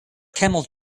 camel